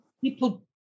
people